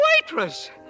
waitress